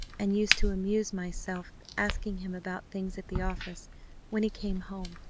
and used to amuse myself asking him about things at the office when he came home,